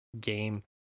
game